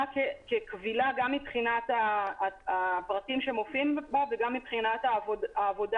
כקבילה גם מבחינת הפרטים שמופיעים בה וגם מבחינת העבודה,